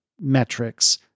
metrics